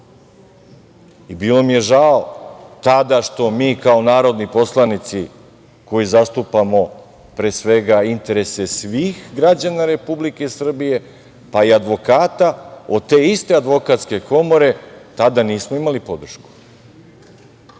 mi je žao tada što mi kao narodni poslanici koji zastupamo, pre svega, interese svih građana Republike Srbije, pa i advokata, od te iste advokatske komore tada nismo imali podršku.